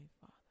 Father